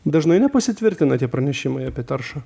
dažnai nepasitvirtina tie pranešimai apie taršą